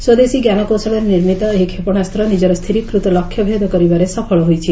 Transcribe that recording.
ସ୍ୱଦେଶୀ ଞ୍ଜାନକୌଶଳରେ ନିର୍ମିତ ଏହି କ୍ଷେପଣାସ୍ତ ନିଜର ସ୍ଥିରୀକୃତ ଲକ୍ଷ୍ୟଭେଦ କରିବାରେ ସଫଳ ହୋଇଛି